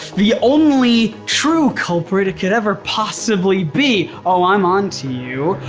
the only true culprit it could ever possibly be, oh i'm on to you,